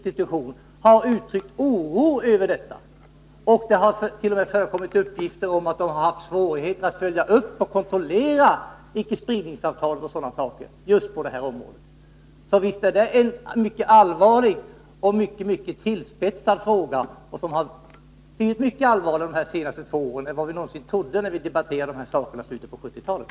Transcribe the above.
T. o. m. IAEA har uttryckt oro över detta, och det har förekommit uppgifter om att organisationen har haft svårt att följa upp och kontrollera icke-spridningsavtalet. Så visst är det en allvarlig och mycket tillspetsad fråga, och den har blivit ännu allvarligare de senaste två åren än vi trodde skulle vara möjligt när vi debatterade frågan i slutet på 1970-talet.